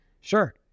Sure